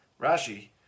Rashi